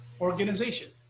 organization